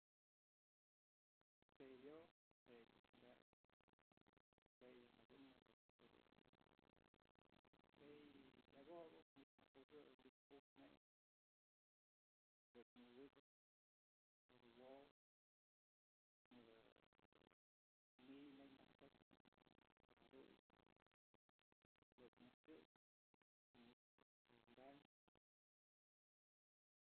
T'sey wyo, je'e ëch kabyë jue yë adyunëp este t'sey myak okëp manytë abuxëp, manytë buj jet'sëp dunt's myoj wi'isëp mëdë wo'o mëdë este ni'iy neyb naj t'sokyë pa'a jaduyë jadunt's myaj këb y nëkx este kanyë.